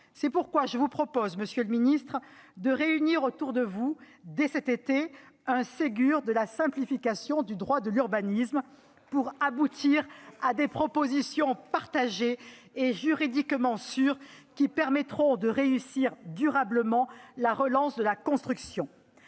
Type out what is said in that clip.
C'est pourquoi je vous propose, monsieur le ministre, de réunir autour de vous, dès cet été, un « Ségur de la simplification du droit de l'urbanisme » pour aboutir à des propositions partagées et juridiquement sûres, qui permettront de réussir durablement la relance de la construction.